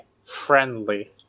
Friendly